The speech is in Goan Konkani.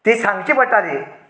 ती सांगचीं पडटालीं